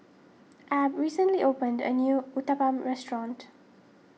Ab recently opened a new Uthapam restaurant